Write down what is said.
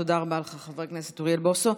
תודה רבה לך, חבר הכנסת אוריאל בוסו.